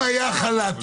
אבל אם היו חל"תים,